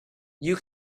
you